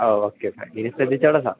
ആ okay okay ഇനി ശ്രദ്ധിച്ചുകൊള്ളാം സാർ